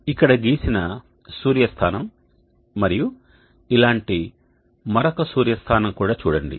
ఇక్కడ గీసిన సూర్య స్థానం మరియు ఇలాంటి మరొక సూర్య స్థానం కూడా చూడండి